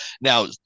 now